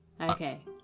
Okay